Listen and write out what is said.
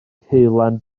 ceulan